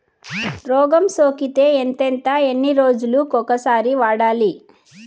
రోగం సోకితే ఎంతెంత ఎన్ని రోజులు కొక సారి వాడాలి?